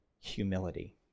humility